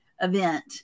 event